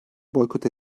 boykot